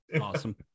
awesome